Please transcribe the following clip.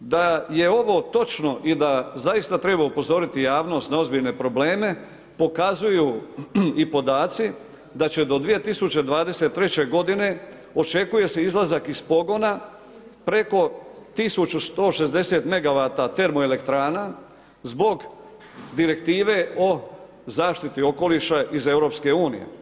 Da je ovo točno i da zaista treba upozoriti javnost na ozbiljne probleme, pokazuju i podaci da će do 2023. godine, očekuje se izlazak iz pogona preko 1160 megawata termoelektrana zbog direktive o zaštiti okoliša iz EU.